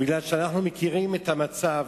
בגלל שאנחנו מכירים את המצב,